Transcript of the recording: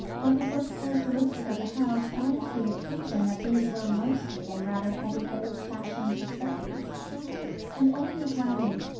but it was characteristic of the house and the occasion that these were mostly in rather heavy old-fashioned settings and old miss lanning,